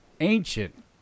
ancient